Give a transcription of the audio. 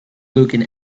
looking